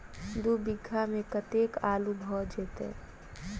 दु बीघा मे कतेक आलु भऽ जेतय?